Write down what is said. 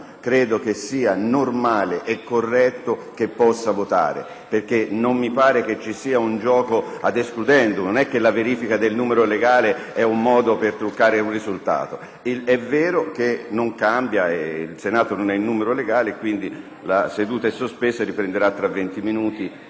credo sia normale e corretto che possa votare, perché non mi pare ci sia un gioco *ad excludendum*; non è che la verifica del numero legale è un modo per truccare un risultato. È vero che il risultato non cambia: il Senato non è in numero legale, dunque la seduta sarà sospesa e riprenderà tra venti minuti.